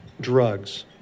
drugs